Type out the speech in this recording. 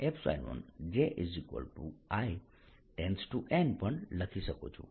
હું અહીં 14π0 12i1 N jiN પણ લખી શકું છું